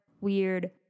weird